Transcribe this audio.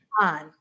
on